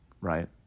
right